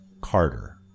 Carter